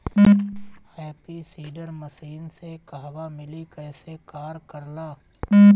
Happy seeder machine के कहवा मिली कैसे कार कर ला?